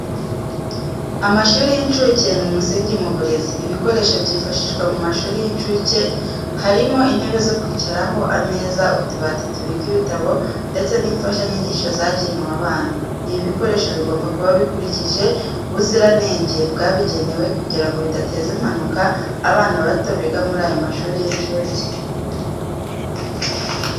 Amashuri y'incuke ni umusingi mu burezi, ibikoresho byifashishwa mu mashuri y'incuke harimo intebe zo kwicaraho, ameza, utubati tubika ibitabo ndetse n'imfashanyigisho zagenewe abana. Ibi bikoresho bigomba kuba bikurikije ubuziranenge bwabigenewe kugirango bidateza impanuka abana bato biga muri ayo mashuri y'incuke.